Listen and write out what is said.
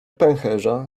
pęcherza